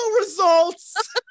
results